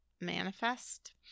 manifest